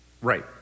Right